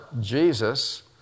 Jesus